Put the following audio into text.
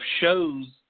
shows